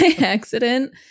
accident